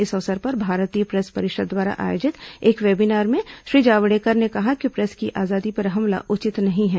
इस अवसर पर भारतीय प्रेस परिषद द्वारा आयोजित एक वेबिनार में श्री जावडेकर ने कहा कि प्रेस की आजादी पर हमला उचित नहीं है